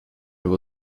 will